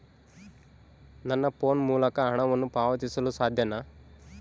ನನ್ನ ಫೋನ್ ಮೂಲಕ ಹಣವನ್ನು ಪಾವತಿಸಲು ಸಾಧ್ಯನಾ?